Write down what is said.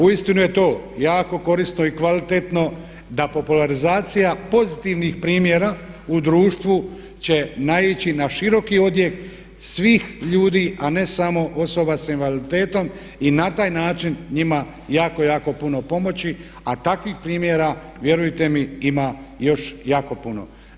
Uistinu je to jako korisno i kvalitetno da popularizacija pozitivnih primjera u društvu će naići na široki odjek svih ljudi a ne samo osoba sa invaliditetom i na taj način njima jako, jako puno pomoći a takvih primjera vjerujte mi ima još jako puno.